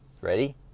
ready